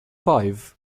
five